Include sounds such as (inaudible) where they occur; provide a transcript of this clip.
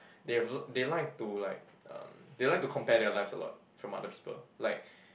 they (noise) they like to like um they like to compare their lives a lot from other people like